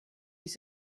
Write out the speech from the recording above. ich